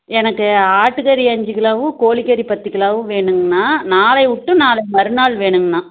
எனக்கு ஆட்டுக்கறி அஞ்சு கிலோவும் கோழிக்கறி பத்துக்கிலோவும் வேணுங்கண்ணா நாளை விட்டு நாளை மறுநாள் வேணுங்கண்ணா